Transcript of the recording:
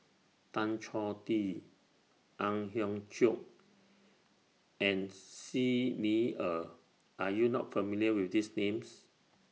Tan Choh Tee Ang Hiong Chiok and Xi Ni Er Are YOU not familiar with These Names